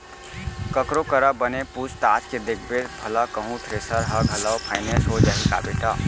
ककरो करा बने पूछ ताछ के देखबे भला कहूँ थेरेसर ह घलौ फाइनेंस हो जाही का बेटा?